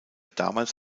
damals